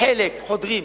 חלק חודרים,